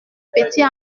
petite